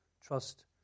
Trust